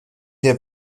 der